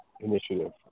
initiative